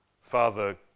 Father